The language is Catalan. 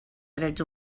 drets